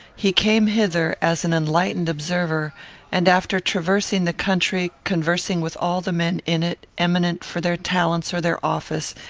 he came hither as an enlightened observer and, after traversing the country, conversing with all the men in it eminent for their talents or their office,